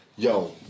Yo